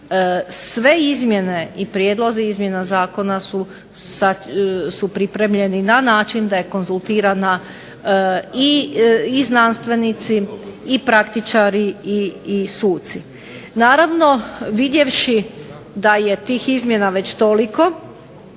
sve izmjene i prijedlozi izmjena Zakona su pripremljeni na način da je konzultirana i znanstvenici i praktičari i suci. Naravno vidjevši da je tih izmjena već toliko